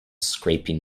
scraping